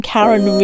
Karen